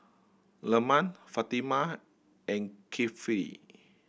Leman Fatimah and Kifli